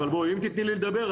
בסדר, אבל בואי, תתני לי לדבר.